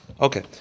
Okay